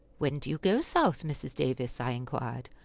when do you go south, mrs. davis? i inquired.